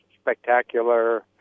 spectacular